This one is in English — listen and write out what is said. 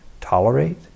tolerate